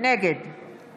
נגד